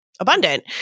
Abundant